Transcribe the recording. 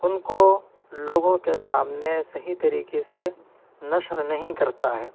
ان کو لوگوں کے سامنے صحیح طریقے سے نشر نہیں کرتا ہے